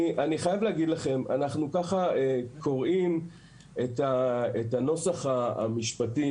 אני חייב לומר לכם שאנחנו קוראים את הנוסח המשפטי